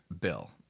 bill